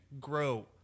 grow